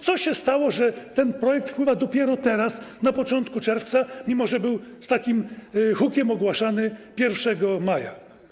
Co się stało, że ten projekt wpływa dopiero teraz, na początku czerwca, mimo że był z takim hukiem ogłaszany 1 maja?